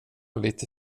lite